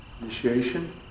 initiation